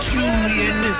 Julian